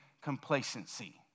complacency